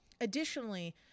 additionally